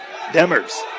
Demers